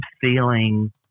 feeling